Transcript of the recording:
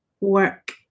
work